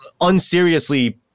unseriously